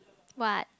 what